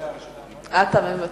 אתה מוותר.